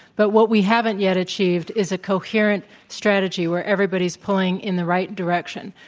but what we haven't yet achieved is a coherent strategy where everybody's pulling in the right direction,